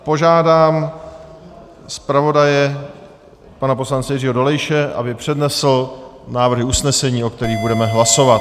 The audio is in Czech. Požádám zpravodaje, pana poslance Jiřího Dolejše, aby přednesl návrhy usnesení, o kterých budeme hlasovat.